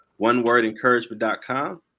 OneWordEncouragement.com